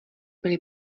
byly